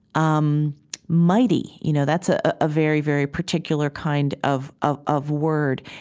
um mighty, you know that's ah a very, very particular kind of of of word.